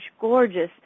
gorgeous